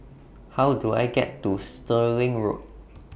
How Do I get to Stirling Road